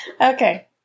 Okay